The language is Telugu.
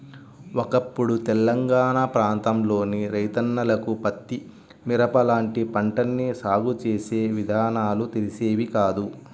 ఒకప్పుడు తెలంగాణా ప్రాంతంలోని రైతన్నలకు పత్తి, మిరప లాంటి పంటల్ని సాగు చేసే విధానాలు తెలిసేవి కాదు